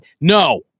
No